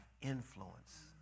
influence